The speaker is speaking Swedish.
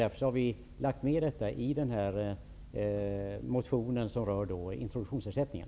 Därför har vi tagit med detta i den motion som rör introduktionsersättningen.